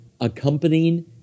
accompanying